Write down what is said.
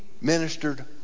ministered